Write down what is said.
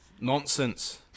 Nonsense